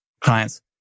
clients